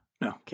No